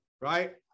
right